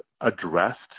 addressed